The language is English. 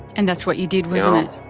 and that's what you did wasn't it?